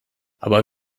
aber